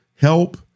help